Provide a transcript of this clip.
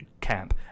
camp